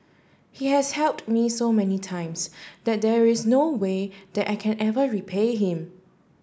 he has helped me so many times that there is no way that I can ever repay him